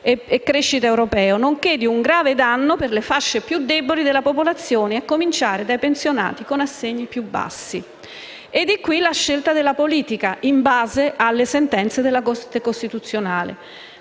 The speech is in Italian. e crescita europeo, nonché di un grave danno per le fasce più deboli della popolazione, a cominciare dai pensionati con assegni più bassi. Di qui la scelta della politica, in base alle sentenze della Corte costituzionale.